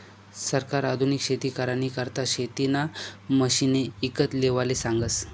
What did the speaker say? सरकार आधुनिक शेती करानी करता शेतीना मशिने ईकत लेवाले सांगस